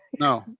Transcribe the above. No